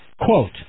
Quote